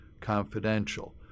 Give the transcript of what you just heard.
confidential